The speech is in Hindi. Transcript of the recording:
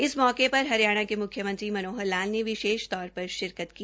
इस मौके पर हरियाणा के म्ख्मयंत्री मनोहर लाल ने विशेष तौरपर शिरकत की